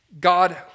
God